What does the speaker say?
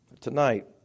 Tonight